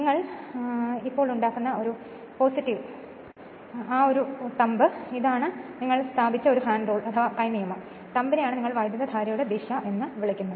നിങ്ങൾ ഇപ്പോൾ ഉണ്ടാക്കുന്ന ഒന്ന് ഈ തമ്പ് നിങ്ങൾ സ്ഥാപിച്ച കൈ നിയമം ആണ് തമ്പ്നെയാണ് നിങ്ങൾ വൈദ്യുതധാരയുടെ ദിശ എന്ന് വിളിക്കുന്നത്